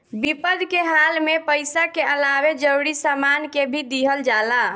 विपद के हाल में पइसा के अलावे जरूरी सामान के भी दिहल जाला